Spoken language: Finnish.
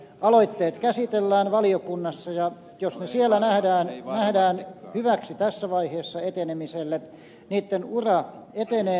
aloitteet käsitellään valiokunnassa ja jos ne siellä nähdään hyväksi tässä vaiheessa etenemiselle niitten ura etenee